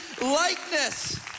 likeness